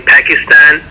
Pakistan